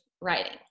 writing